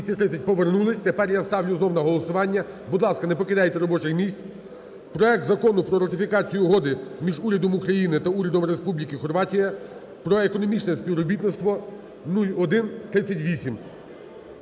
230 – повернулись. Тепер я ставлю знов на голосування, будь ласка, не покидайте робочих місць. Проект Закону про ратифікацію Угоди між Урядом України та Урядом Республіки Хорватія про економічне співробітництво (0138)